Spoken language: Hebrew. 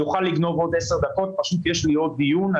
אנסה לסחוב עוד 10 דקות, פשוט יש לי עוד דיון.